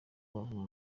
rubavu